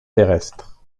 terrestres